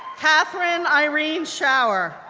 katherine irene schauer,